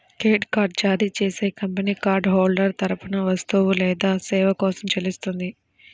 credit card జారీ చేసే company card holder తరపున వస్తువు లేదా సేవ కోసం చెల్లిస్తుంది